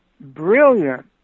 brilliant